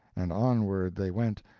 and onward they went,